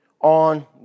on